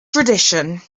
tradition